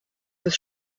bis